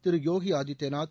திரு போகி ஆதித்யநாத்